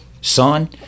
son